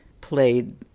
played